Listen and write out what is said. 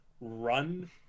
run